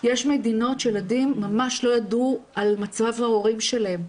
יש מדינות שילדים ממש לא ידעו על מצב ההורים שלהם.